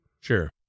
Sure